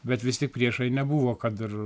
bet vis tik priešai nebuvo kad ir